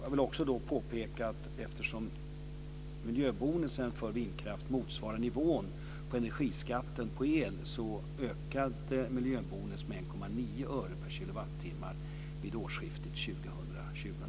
Jag vill också påpeka att eftersom miljöbonusen för vindkraft motsvarar nivån på energiskatten på el så ökade miljöbonusen med 1,9 öre per kilowattimme vid årsskiftet 2000/01.